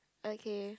okay